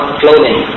clothing